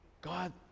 God